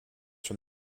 from